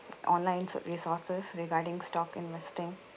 online resources regarding stock investing